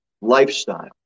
lifestyle